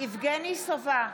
יבגני סובה,